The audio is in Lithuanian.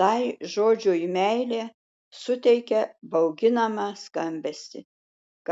tai žodžiui meilė suteikia bauginamą skambesį